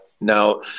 Now